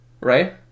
right